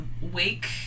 Wake